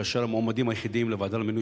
כאשר המועמדים היחידים לוועדה למינוי